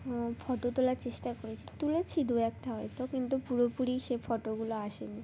ও photo তোলার চেষ্টা করেছি তুলেছি দু একটা হয়তো কিন্তু পুরোপুরি সে ফটোগুলো আসেনি